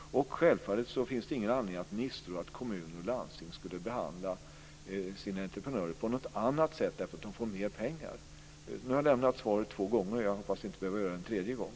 Självfallet finns ingen anledning att misstro att kommuner och landsting skulle behandla sina entreprenörer på något annat sätt därför att de får mer pengar. Nu har jag lämnat svaret två gånger. Jag hoppas inte behöva göra det en tredje gång.